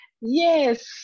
Yes